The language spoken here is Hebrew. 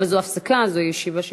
אבל זו הפסקה, זו ישיבה שמתמשכת.